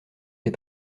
des